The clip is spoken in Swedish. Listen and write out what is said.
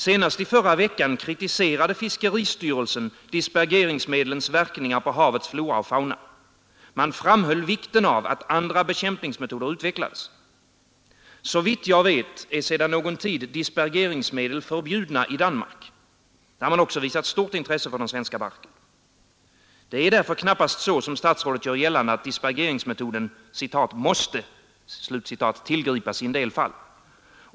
Senast i förra veckan kritiserade fiskeristyrelsen dispergeringsmedlens verkningar på havets flora och fauna. Man framhöll vikten av att andra bekämpningsmetoder utvecklades. Såvitt jag vet är sedan någon tid dispergeringsmedel förbjudna i Danmark, där man också visat stort intresse för den svenska barken. Det är därför knappast så, som statsrådet gör gällande, att dispergeringsmetoden ”måste” tillgripas i en del fall.